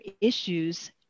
issues